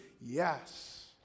Yes